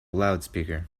loudspeaker